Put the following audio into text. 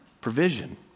provision